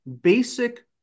basic